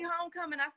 Homecoming